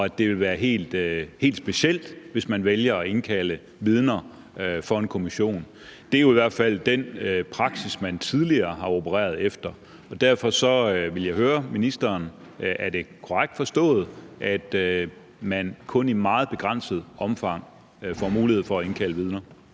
det vil være helt specielt, hvis man vælger at indkalde vidner for en kommission? Det er jo i hvert den praksis, man tidligere har opereret med, og derfor ville jeg høre ministeren, om det er korrekt forstået, at man kun i meget begrænset omfang får mulighed for at indkalde vidner.